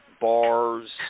bars